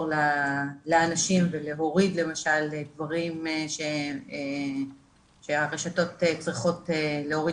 לאנשים ולהוריד למשל דברים שהרשתות צריכות להוריד,